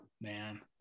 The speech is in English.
man